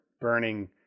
burning